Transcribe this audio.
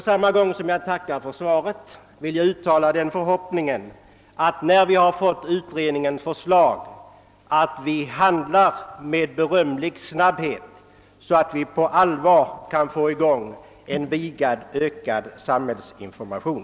Samtidigt som jag tackar för svaret uttalar jag den förhoppningen att vi, när vi har fått utredningens förslag, handlar med berömlig snabbhet, så att vi på allvar kan få igång en vidgad och ökad samhällsinformation.